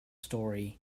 story